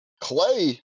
Clay